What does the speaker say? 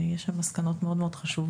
יש שם מסקנות מאוד חשובות.